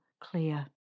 clear